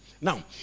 Now